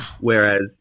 whereas